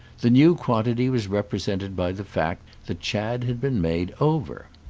the new quantity was represented by the fact that chad had been made over.